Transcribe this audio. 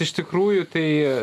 iš tikrųjų tai